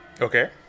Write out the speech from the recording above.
Okay